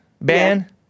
ban